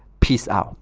peace out